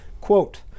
Quote